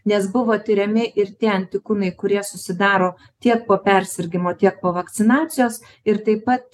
nes buvo tiriami ir tie antikūnai kurie susidaro tiek po persirgimo tiek po vakcinacijos ir taip pat